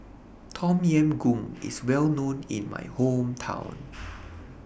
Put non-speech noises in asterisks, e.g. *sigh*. Tom Yam Goong IS Well known in My Hometown *noise*